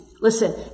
Listen